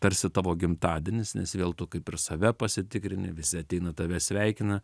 tarsi tavo gimtadienis nes vėl tu kaip ir save pasitikrinti visi ateina tave sveikina